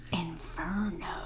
inferno